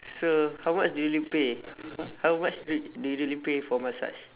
so how much do you usually pay how how much do do you usually pay for massage